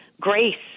grace